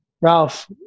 Ralph